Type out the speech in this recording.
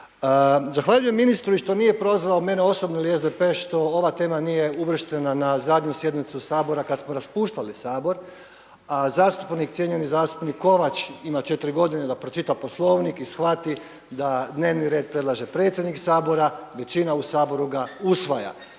Zahvaljujem ministru što nije prozvao mene osobno ili SDP što ova tema nije uvrštena na zadnju sjednicu Sabora kada smo raspuštali Sabor, a cijenjeni zastupnik Kovač ima četiri godine da pročita Poslovnik i shvati da dnevni red predlaže predsjednik Sabora, većina u Saboru ga usvaja.